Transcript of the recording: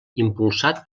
impulsat